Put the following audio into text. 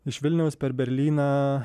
iš vilniaus per berlyną